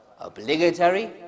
obligatory